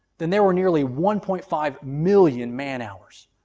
then there were nearly one point five million man-hours.